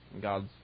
God's